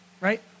right